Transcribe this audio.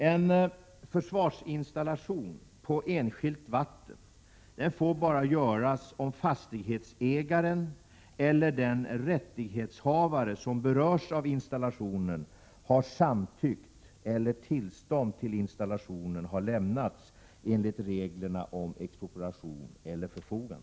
En försvarsinstallation på enskilt vatten får göras bara om fastighetsägaren eller den rättighetshavare som berörs av installationen har samtyckt eller tillstånd till installationen har lämnats enligt reglerna om expropriation eller förfogande.